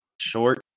short